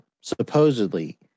supposedly